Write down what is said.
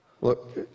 look